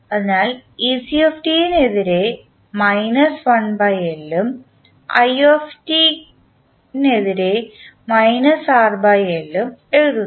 അതിനാൽ നെതിരെ ഉം i നെതിരായി ഉം എഴുതുന്നു